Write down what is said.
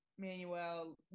Manuel